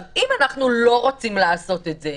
אם אנו לא רוצים לעשות זאת,